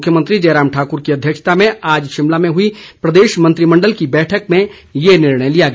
मुख्यमंत्री जयराम ठाकुर की अध्यक्षता में आज शिमला में हुई प्रदेश मंत्रिमंडल की बैठक में ये निर्णय लिया गया